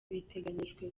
biteganyijwe